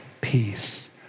peace